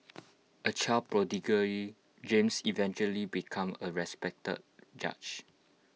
A child prodigy James eventually became A respected judge